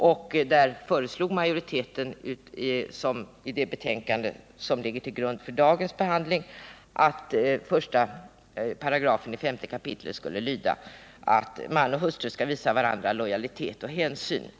Majoriteten i familjelagssakkunniga har i det Underhåll till barn betänkande som ligger till grund för dagens behandling föreslagit att 5 kap. I § och frånskilda, skall lyda: ”Man och hustru skall visa varandra lojalitet och hänsyn.